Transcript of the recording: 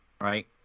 right